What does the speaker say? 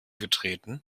getreten